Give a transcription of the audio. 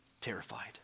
terrified